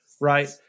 right